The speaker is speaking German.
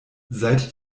seit